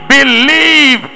Believe